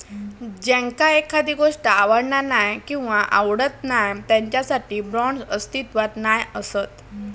ज्यांका एखादी गोष्ट आवडना नाय किंवा आवडत नाय त्यांच्यासाठी बाँड्स अस्तित्वात नाय असत